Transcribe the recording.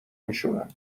میشورن